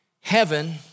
heaven